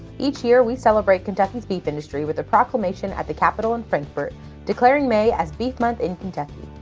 each year we celebrate kentucky's beef industry with a proclamation at the capitol in frankfort declaring may as beef month in kentucky.